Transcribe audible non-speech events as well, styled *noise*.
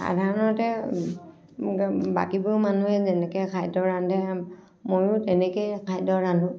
সাধাৰণতে *unintelligible* বাকীবোৰ মানুহে যেনেকৈ খাদ্য ৰান্ধে ময়ো তেনেকেই খাদ্য ৰান্ধোঁ